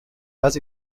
pas